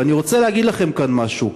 ואני רוצה להגיד לכם כאן משהו: